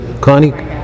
Connie